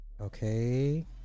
Okay